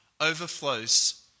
overflows